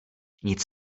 nic